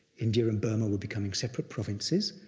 india and burma were becoming separate provinces,